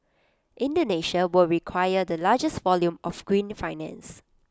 Indonesia will require the largest volume of green finance